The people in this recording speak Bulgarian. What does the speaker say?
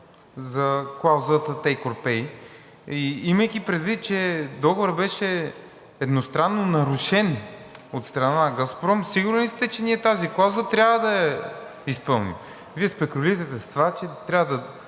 за клаузата take or pay. Имайки предвид, че договорът беше едностранно нарушен от страна на „Газпром“, сигурен ли сте, че ние тази клауза трябва да я изпълним? Вие спекулирате с това, че трябва да